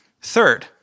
Third